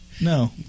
No